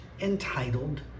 entitled